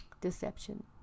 deception